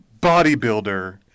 bodybuilder